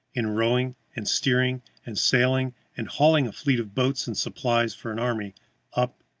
in rowing and steering and sailing and hauling a fleet of boats and supplies for an army up,